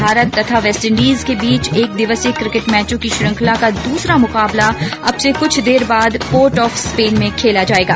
भारत और वेस्टइंडीज के बीच एक दिवसीय किकेट मैचों की श्रंखला का दूसरा मुकाबला अब से कुछ देर बाद पोर्ट ऑफ स्पेन में खेला जायेगा